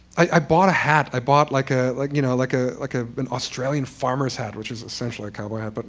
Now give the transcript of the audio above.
i bought a hat. i bought like ah like you know like ah like ah an australian farmer's hat, which is essentially a cowboy hat. but